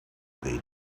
they